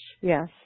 Yes